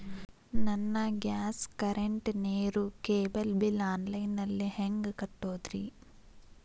ನನ್ನ gas, current, ನೇರು, cable bill online ನಲ್ಲಿ ಹೆಂಗ್ ಕಟ್ಟೋದ್ರಿ?